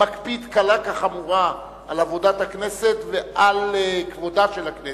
מקפיד קלה כחמורה על עבודת הכנסת ועל כבודה של הכנסת.